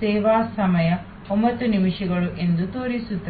ಸೇವಾ ಸಮಯ 9 ನಿಮಿಷಗಳು ಎಂದು ತೋರಿಸುತ್ತದೆ